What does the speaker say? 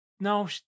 No